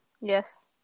Yes